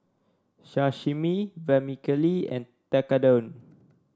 Sashimi Vermicelli and Tekkadon